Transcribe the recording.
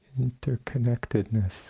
interconnectedness